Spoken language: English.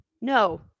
No